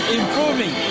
improving